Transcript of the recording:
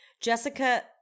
Jessica